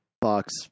Box